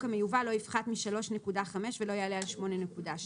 המיובא לא יפחת מ-3.5 ולא יעלה על 8.6,